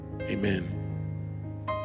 Amen